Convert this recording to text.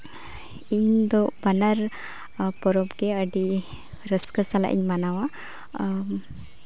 ᱤᱧᱫᱚ ᱵᱟᱱᱟᱨ ᱯᱚᱨᱚᱵᱽ ᱜᱮ ᱟᱹᱰᱤ ᱨᱟᱹᱥᱠᱟᱹ ᱥᱟᱞᱟᱜ ᱤᱧ ᱢᱟᱱᱟᱣᱟ